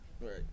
Right